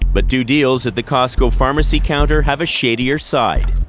but do deals at the costco pharmacy counter have a shadier side?